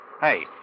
Hey